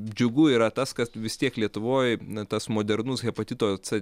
džiugu yra tas kad vis tiek lietuvoj na tas modernus hepatito c